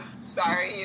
Sorry